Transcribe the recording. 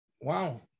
Wow